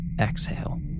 exhale